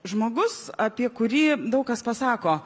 žmogus apie kurį daug kas pasako